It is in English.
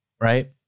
Right